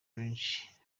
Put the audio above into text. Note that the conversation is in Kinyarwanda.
benshi